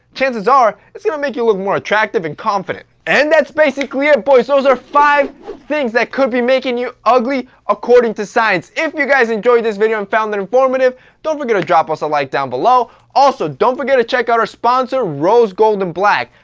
chances are it's gonna make you look more attractive and confident. and that's basically it boys those are five things that could be making you ugly, according to science. if you guys enjoyed this video and found it informative don't forget to drop us a like down below. also don't forget to check out our sponsor rose gold and black.